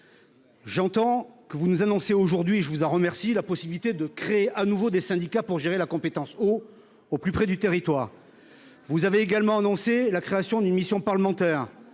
J'entends que vous nous annoncez aujourd'hui. Je vous en remercie, la possibilité de créer à nouveau des syndicats pour gérer la compétence au au plus près du territoire. Vous avez également annoncé la création d'une mission parlementaire